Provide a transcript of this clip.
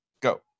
go